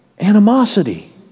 Animosity